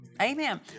Amen